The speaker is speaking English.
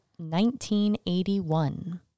1981